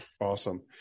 Awesome